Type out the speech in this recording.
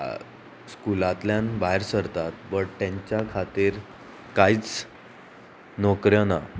स्कुलांतल्यान भायर सरतात बट तेंच्या खातीर कांयच नोकऱ्यो ना